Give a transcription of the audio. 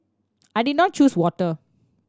I did not choose water